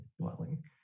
dwelling